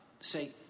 say